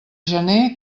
gener